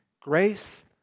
Grace